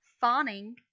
fawning